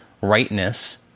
rightness